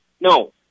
no